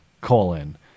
colon